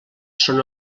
són